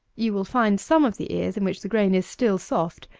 you will find some of the ears in which the grain is still soft.